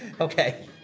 Okay